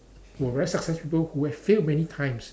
who were very success people who have failed many times